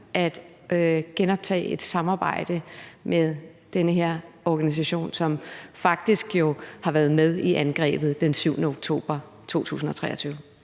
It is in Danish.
at genoptage et samarbejde med den her organisation, som jo faktisk har været med i angrebet den 7. oktober 2023?